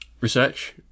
research